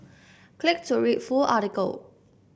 click to read full article